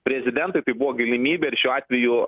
prezidentui tai buvo galimybė ir šiuo atveju